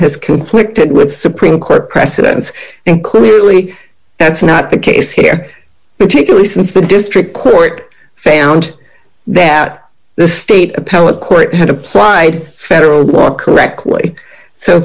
has conflicted with supreme court precedents and clearly that's not the case here particularly since the district court found that the state appellate court had applied federal or correctly so